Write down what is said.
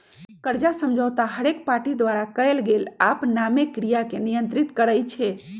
कर्जा समझौता हरेक पार्टी द्वारा कएल गेल आपनामे क्रिया के नियंत्रित करई छै